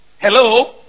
Hello